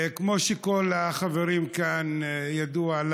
כמו שלכל החברים כאן ידוע,